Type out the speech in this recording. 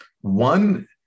One